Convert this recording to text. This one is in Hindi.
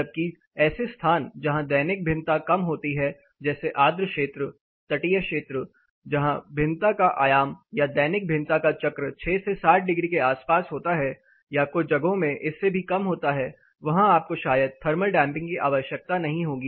जबकि ऐसे स्थान जहां दैनिक भिन्नता कम होती है जैसे आर्द्र क्षेत्र तटीय क्षेत्र जहाँ भिन्नता का आयाम या दैनिक भिन्नता का चक्र 6 से 7 डिग्री के आस पास होता है या कुछ जगहों में इससे भी कम होता हैं वहां आपको शायद थर्मल डैंपिंग की आवश्यकता नहीं होगी